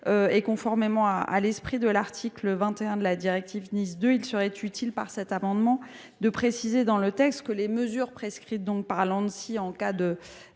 et conformément à l’esprit de l’article 21 de la directive NIS 2, il serait utile de préciser dans le texte que les mesures prescrites par l’Anssi en cas de